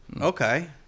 Okay